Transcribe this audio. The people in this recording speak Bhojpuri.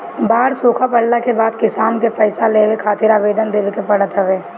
बाढ़ सुखा पड़ला के बाद किसान के पईसा लेवे खातिर आवेदन देवे के पड़त हवे